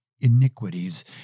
iniquities